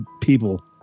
people